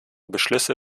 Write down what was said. beschlüsse